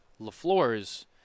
LaFleur's